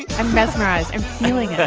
i'm mesmerized. i'm feeling this.